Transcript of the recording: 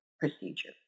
procedure